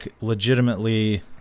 legitimately